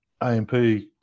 AMP